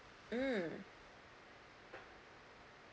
mm